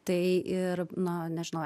tai ir na nežinau